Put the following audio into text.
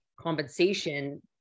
Compensation